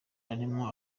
barimo